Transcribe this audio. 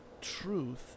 truth